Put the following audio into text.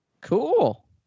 Cool